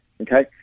okay